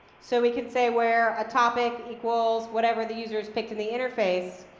so we can say where a topic equals whatever the user's picked in the interface.